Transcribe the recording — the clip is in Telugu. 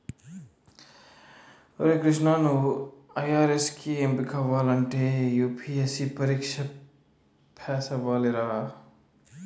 ఒరే కృష్ణా నువ్వు ఐ.ఆర్.ఎస్ కి ఎంపికవ్వాలంటే యూ.పి.ఎస్.సి పరీక్ష పేసవ్వాలిరా